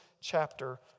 chapter